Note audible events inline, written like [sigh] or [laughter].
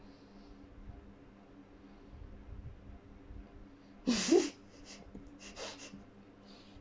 [laughs]